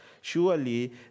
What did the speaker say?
surely